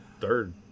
third